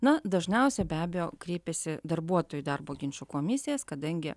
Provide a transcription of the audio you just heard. na dažniausiai be abejo kreipiasi darbuotojai į darbo ginčų komisijas kadangi